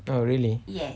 oh really